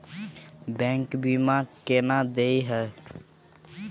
Bank बीमा केना देय है?